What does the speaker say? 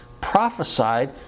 prophesied